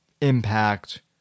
impact